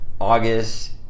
August